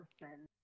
person